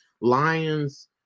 lions